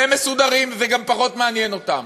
הם מסודרים, זה גם פחות מעניין אותם,